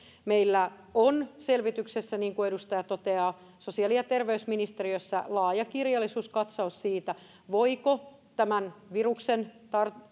meillä on selvityksessä niin kuin edustaja toteaa sosiaali ja terveysministeriössä laaja kirjallisuuskatsaus siitä voiko tämän viruksen